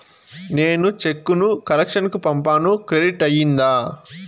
నేను చెక్కు ను కలెక్షన్ కు పంపాను క్రెడిట్ అయ్యిందా